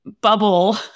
bubble